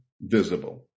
visible